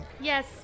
yes